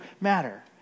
matter